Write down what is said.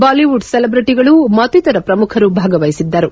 Bollywood ಸೆಲೆಬ್ರಿಟಿಗಳು ಮತ್ತಿತರ ಪ್ರಮುಖರು ಭಾಗವಹಿಸಿದ್ದರು